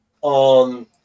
on